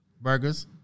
Burgers